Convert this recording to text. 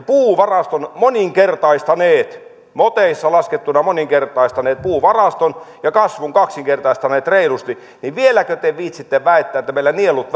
puuvaraston moninkertaistaneet moteissa laskettuna moninkertaistaneet puuvaraston ja kasvun kaksinkertaistaneet reilusti vieläkö te viitsitte väittää että meillä nielut